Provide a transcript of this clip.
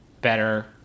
better